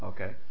Okay